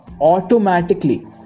automatically